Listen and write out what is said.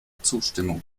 zustimmung